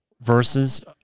versus